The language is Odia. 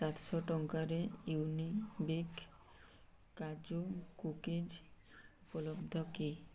ସାତଶହ ଟଙ୍କାରେ ୟୁନିବିକ୍ କାଜୁ କୁକିଜ୍ ଉପଲବ୍ଧ କି